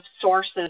sources